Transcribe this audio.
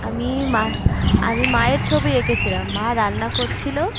আমি মা আমি মায়ের ছবি এঁকেছিলাম মা রান্না করছিলো